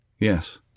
Yes